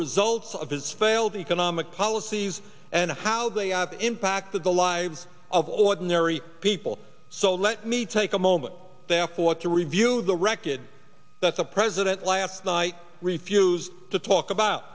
results of his failed economic policies and how they have impacted the lives of ordinary people so let me take a moment therefore to review the record that's a president last night refused to talk about